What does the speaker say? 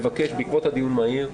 מבקש בעקבות הדיון המהיר,